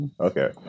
okay